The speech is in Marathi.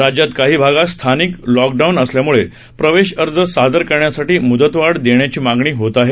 राज्यात काही भागात स्थानिक लॉकडाऊन असल्यानं प्रवेश अर्ज सादर करण्यासाठी मुदतवाढ देण्याची मागणी होत आहे